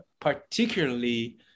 particularly